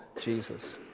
Jesus